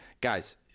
guys